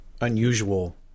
unusual